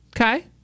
Okay